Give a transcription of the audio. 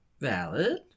Valid